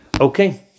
Okay